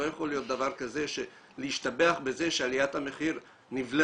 לא יכול להיות דבר כזה שלהשתבח בזה שעליית המחירים נבלמה.